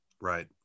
right